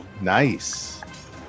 nice